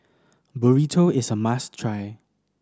Burrito is a must try